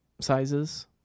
sizes